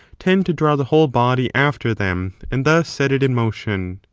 tend to draw the whole body after them and thus set it in motion.